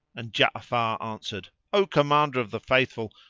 and ja'afar answered, o commander of the faithful,